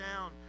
down